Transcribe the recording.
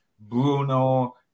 Bruno